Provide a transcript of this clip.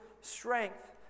strength